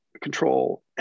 control